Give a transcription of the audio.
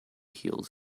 heels